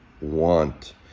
want